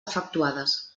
efectuades